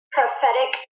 prophetic